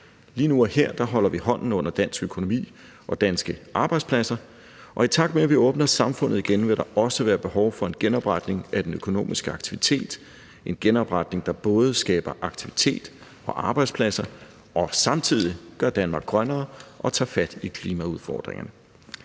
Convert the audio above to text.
Lige nu og her holder vi hånden under dansk økonomi og danske arbejdspladser, og i takt med at vi åbner samfundet igen, vil der også være behov for en genopretning af den økonomiske aktivitet – en genopretning, der både skaber aktivitet og arbejdspladser og samtidig gør Danmark grønnere og tager fat i klimaudfordringerne.